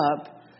up